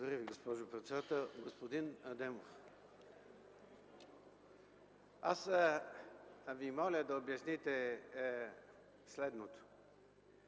Ви, госпожо председател. Господин Адемов, аз Ви моля да обясните следното